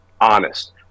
honest